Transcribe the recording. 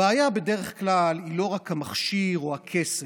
הבעיה בדרך כלל היא לא רק המכשיר או הכסף,